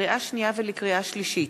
לקריאה שנייה ולקריאה שלישית: